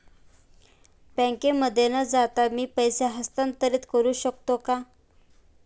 बँकेमध्ये न जाता मी पैसे हस्तांतरित करू शकतो का?